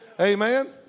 Amen